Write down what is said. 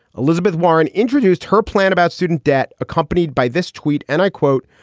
elizabeth warren introduced her plan about student debt, accompanied by this tweet and i quote,